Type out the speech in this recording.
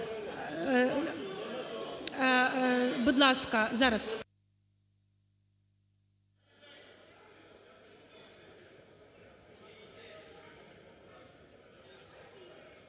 Будь ласка. Зараз.